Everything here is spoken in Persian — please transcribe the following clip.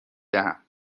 دهم